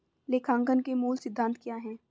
लेखांकन के मूल सिद्धांत क्या हैं?